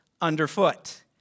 underfoot